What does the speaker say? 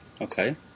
Okay